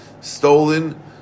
stolen